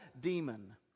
demon